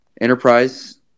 enterprise